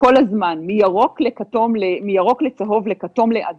כל הזמן - מירוק לצהוב, לכתום, לאדום.